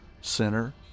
center